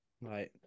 Right